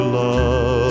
love